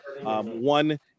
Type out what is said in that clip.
one